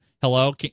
Hello